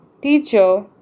Teacher